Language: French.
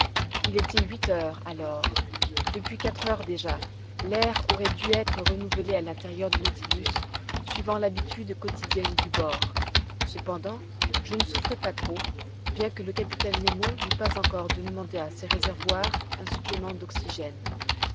il était huit heures alors depuis quatre heures déjà l'air aurait dû être renouvelé à l'intérieur du nautilus suivant l'habitude quotidienne du bord cependant je ne souffrais pas trop bien que le capitaine nemo n'eût pas encore demandé à ses réservoirs un supplément d'oxygène